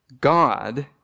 God